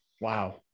Wow